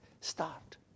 start